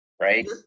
right